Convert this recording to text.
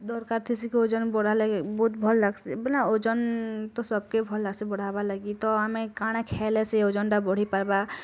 ଦରକାର୍ ଥିସି କି ଓଜନ୍ ବଢ଼ା ଲାଗି ବହୁତ୍ ଭଲ୍ ଲାଗ୍ସି ବଇଲେ ଓଜନ୍ ତ ସବକେ ଭଲ୍ ଲାଗ୍ସି ବଢ଼ାବା ଲାଗି ତ ଆମେ କାଣା ଖେଏଲେ ସେ ଓଜନ୍ ଟା ବଢ଼ି ପାର୍ବା